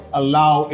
allow